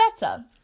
better